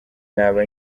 naba